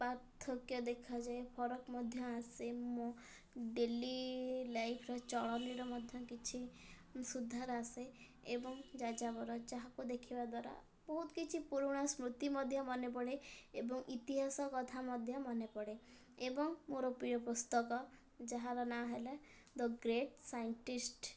ପାର୍ଥକ୍ୟ ଦେଖାଯାଏ ଫରକ ମଧ୍ୟ ଆସେ ମୋ ଡେଲି ଲାଇଫ୍ର ଚଳଣିର ମଧ୍ୟ କିଛି ସୁଧାର ଆସେ ଏବଂ ଯାଯାବର ଯାହାକୁ ଦେଖିବା ଦ୍ୱାରା ବହୁତ କିଛି ପୁରୁଣା ସ୍ମୃତି ମଧ୍ୟ ମନେ ପଡ଼େ ଏବଂ ଇତିହାସ କଥା ମଧ୍ୟ ମନେ ପଡ଼େ ଏବଂ ମୋର ପ୍ରିୟ ପୁସ୍ତକ ଯାହାର ନାଁ ହେଲା ଦ ଗ୍ରେଟ୍ ସାଇଣ୍ଟିଷ୍ଟ୍